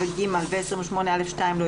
את עצמנו ולהקטין את הסיכונים זה שיהיה